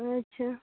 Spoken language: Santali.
ᱟᱪᱪᱷᱟ